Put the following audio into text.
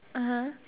(uh huh)